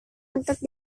untuk